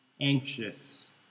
anxious